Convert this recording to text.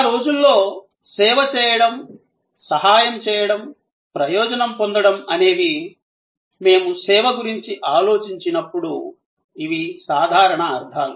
ఆ రోజుల్లో సేవ చేయడం సహాయం చేయడం ప్రయోజనం పొందడంఅనేవి మేము సేవ గురించి ఆలోచించినప్పుడు ఇవి సాధారణ అర్థాలు